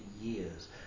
years